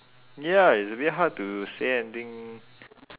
ya it's a bit hard to say anything